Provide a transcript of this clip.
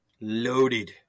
loaded